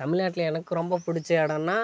தமிழ்நாட்டில எனக்கு ரொம்ப பிடிச்ச இடன்னா